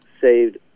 saved